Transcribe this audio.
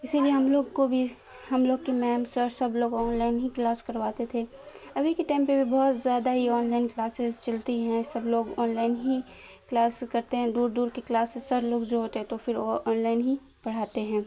اسی لیے ہم لوگ کو بھی ہم لوگ کی میم سر سب لوگ آن لائن ہی کلاس کرواتے تھے ابھی کے ٹائم پہ بھی بہت زیادہ ہی آن لائن کلاسیز چلتی ہیں سب لوگ آن لائن ہی کلاس کرتے ہیں دور دور کے کلاسیز سر لوگ جو ہوتے ہیں تو پھر وہ آن لائن ہی پڑھاتے ہیں